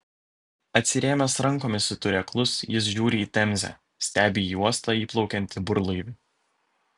atsirėmęs rankomis į turėklus jis žiūri į temzę stebi į uostą įplaukiantį burlaivį